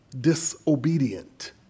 disobedient